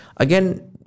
again